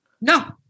No